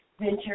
venture